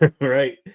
right